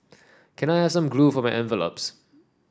can I have some glue for my envelopes